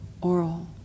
oral